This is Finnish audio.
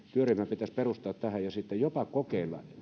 pitäisi työryhmä perustaa tähän ja sitten jopa kokeilla